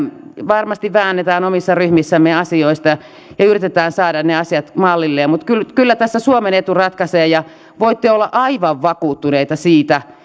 varmasti väännämme omissa ryhmissämme asioista ja yritämme saada ne asiat mallilleen mutta kyllä kyllä tässä suomen etu ratkaisee ja voitte olla aivan vakuuttuneita siitä